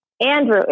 Andrew